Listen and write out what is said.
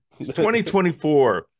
2024